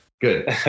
Good